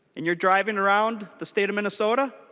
and you driving around the state of minnesota